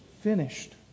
finished